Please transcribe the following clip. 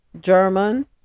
German